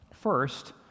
First